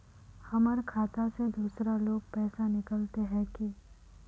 हमर खाता से दूसरा लोग पैसा निकलते है की?